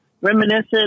reminiscent